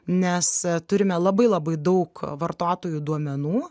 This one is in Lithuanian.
nes turime labai labai daug vartotojų duomenų